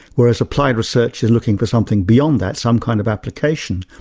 whereas applied research is looking for something beyond that, some kind of application.